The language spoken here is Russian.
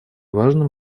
важным